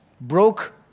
broke